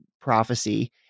prophecy